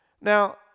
Now